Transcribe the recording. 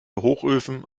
hochöfen